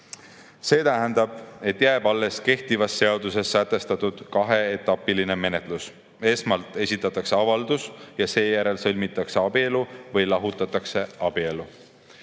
See tähendab, et jääb alles kehtivas seaduses sätestatud kaheetapiline menetlus: esmalt esitatakse avaldus ja seejärel sõlmitakse või lahutatakse abielu.